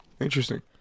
Interesting